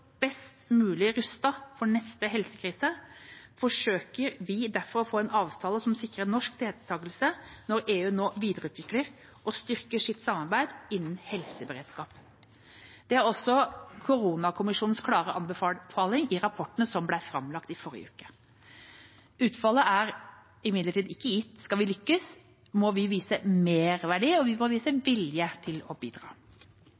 best mulig rustet for neste helsekrise forsøker vi derfor å få en avtale som sikrer norsk deltakelse når EU nå videreutvikler og styrker sitt samarbeid innen helseberedskap. Det er også koronakommisjonens klare anbefaling i rapporten som ble framlagt i forrige uke. Utfallet er imidlertid ikke gitt. Skal vi lykkes, må vi vise merverdi, og vi må vise vilje til å bidra.